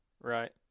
Right